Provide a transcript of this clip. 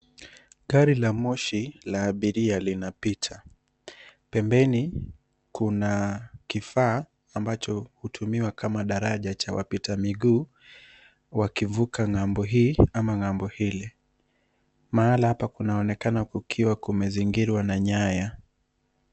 Gari la moshi la abiria linapita. Pembeni, kuna kifa ambacho hutumiwa kama daraja cha wapita miguu, wakivuka ng'ambo hii ama ng'ambo ile. Mahala hapa kunaonekana kukiwa kumezingirwa na nyaya.